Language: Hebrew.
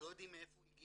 אחים שלי קצינים,